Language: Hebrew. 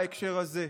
בהקשר הזה.